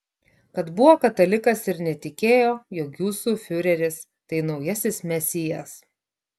kad buvo katalikas ir netikėjo jog jūsų fiureris tai naujasis mesijas